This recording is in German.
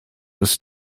ist